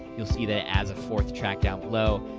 you'll see that it adds a fourth track, down below,